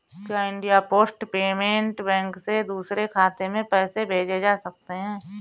क्या India post payment bank से दूसरे खाते में पैसे भेजे जा सकते हैं?